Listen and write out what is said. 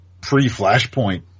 pre-Flashpoint